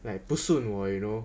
like 不是我 you know